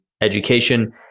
education